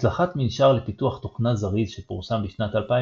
הצלחת מנשר לפיתוח תוכנה זריז שפורסם בשנת 2001